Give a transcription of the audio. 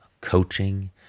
coaching